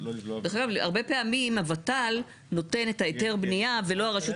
הרבה פעמים ה-ות"ל נותן את היתר הבנייה ולא הרשות